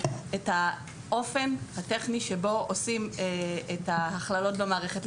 את האופן הטכני שבו עושים את ההכללות במערכת.